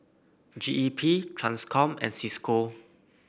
G E P Transcom and Cisco